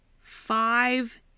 Five